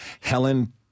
Helen